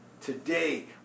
Today